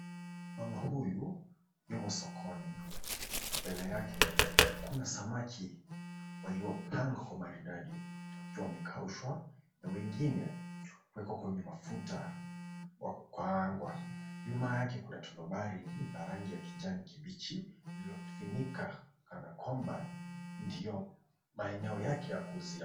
Mama huyu yumo sokoni. Mbele yake kuna samaki waliopangwa kwa maridadi wakiwa wamekaushwa na wengine wako kwenye mafuta wa kukaangwa. Nyuma yake kuna tondobari la rangi ya kibichi liililofunika kana kwamba ndio maeneo yake ya kuuzia.